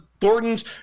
Thornton's